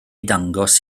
dangos